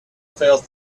felt